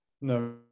no